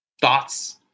thoughts